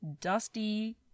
dusty